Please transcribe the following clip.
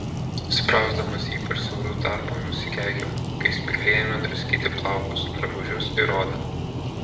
sprausdamasi ypač siauru tarpu nusikeikiau kai spygliai ėmė draskyti plaukus drabužius ir odą